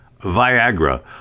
Viagra